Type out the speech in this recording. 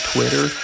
Twitter